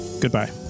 Goodbye